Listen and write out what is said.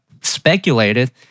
speculated